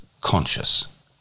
conscious